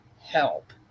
help